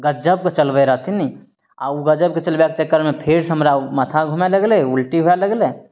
गजबके चलबय रहथिन आओर उ गजबके चलबयके चक्करमे फेरसँ हमरा माथा घुमय लगलय उल्टी होइ लगलै